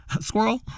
Squirrel